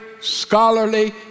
scholarly